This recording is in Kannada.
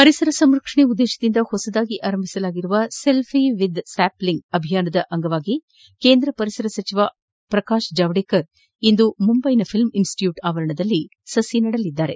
ಪರಿಸರ ಸಂರಕರ್ವಣೆ ಉದ್ದೇಶದಿಂದ ಹೊಸದಾಗಿ ಆರಂಭಿಸಿರುವ ಸೆಲ್ವಿ ವಿತ್ ಸ್ಯಾಪ್ಷಿಂಗ್ ಅಭಿಯಾನದ ಅಂಗವಾಗಿ ಕೇಂದ್ರ ಪರಿಸರ ಸಚಿವ ಪ್ರಕಾಶ್ ಜಾವ್ಡೇಕರ್ ಇಂದು ಮುಂಬೈನ ಫಿಲ್ಮಂ ಇನ್ಬಿಟಿಟ್ಯೂಟ್ ಅವರಣದಲ್ಲಿ ಸಸಿ ನೆಡಲಿದ್ದಾರೆ